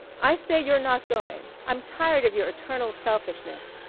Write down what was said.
i say you're not going! i'm tired of your eternal selfishness!